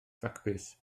ffacbys